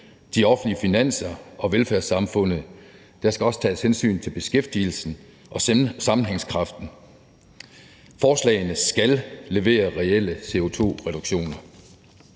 de offentlige finanser og velfærdssamfundet. Der skal også tages hensyn til beskæftigelsen og sammenhængskraften. Forslagene skal levere reelle CO2-reduktioner.